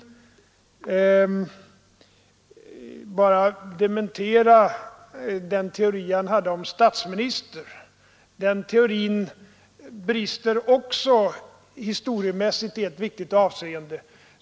Jag vill bara dementera den teori han hade om statsministern. Den teorin brister också historiemässigt i ett visst avseende.